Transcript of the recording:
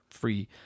free